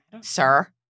sir